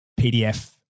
PDF